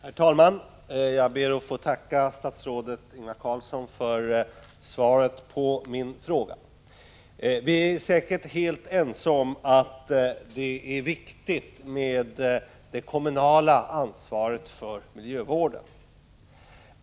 Herr talman! Jag ber att få tacka statsrådet Ingvar Carlsson för svaret på min fråga. Vi är säkert helt ense om att det är viktigt med det kommunala ansvaret för miljövården.